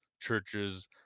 churches